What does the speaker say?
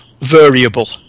variable